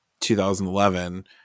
2011